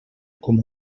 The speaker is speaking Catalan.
com